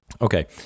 Okay